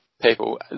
people